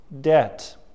debt